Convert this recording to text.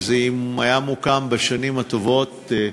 שאם זה היה מוקם בשנים הטובות,